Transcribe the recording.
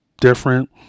different